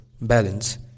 balance